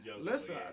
Listen